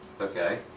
Okay